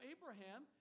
Abraham